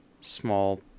small